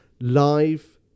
live